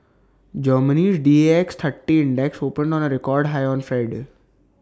Germany's Dax thirty index opened on A record high on Friday